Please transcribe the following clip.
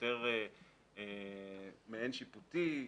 יותר מעין שיפוטי,